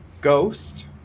ghost